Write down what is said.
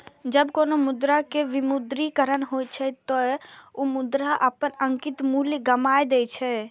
जब कोनो मुद्रा के विमुद्रीकरण होइ छै, ते ओ मुद्रा अपन अंकित मूल्य गमाय दै छै